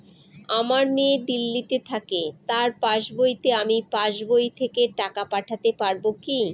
আমার মেয়ে দিল্লীতে থাকে তার পাসবইতে আমি পাসবই থেকে টাকা পাঠাতে পারব কি?